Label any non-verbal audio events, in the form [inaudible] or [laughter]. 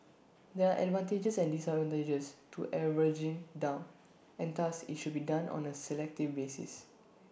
[noise] there are advantages and disadvantages to averaging down and thus IT should be done on A selective basis